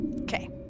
Okay